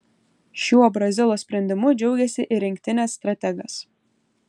šiuo brazilo sprendimu džiaugėsi ir rinktinės strategas